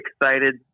excited